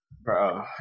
Bro